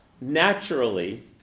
naturally